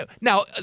Now